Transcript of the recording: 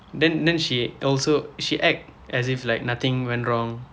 then then she also she act as if like nothing went wrong